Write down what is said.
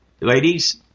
Ladies